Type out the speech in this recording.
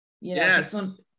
Yes